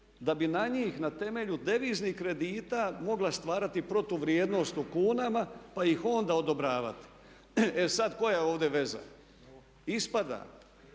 da bi na njih na temelju deviznih kredita mogla stvarati protuvrijednost u kunama pa ih onda odobravati. E sada koja je ovdje veza? Ispada